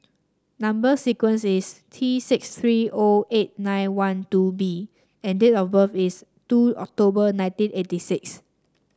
number sequence is T six three O eight nine one two B and date of birth is two October nineteen eighty six